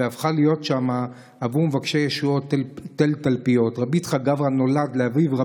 והפכה להיות שם תל תלפיות עבור מבקשי ישועות.